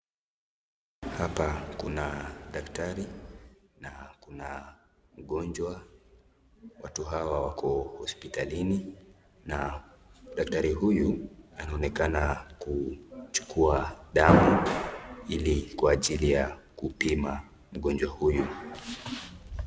Hapa kuna daktari na kuna mgonjwa. Watu hawa wako hospitalini na daktari huyu anaonekana kuchukua damu ili kwa ajili ya kupima mgonjwa huyu.